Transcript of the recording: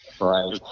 right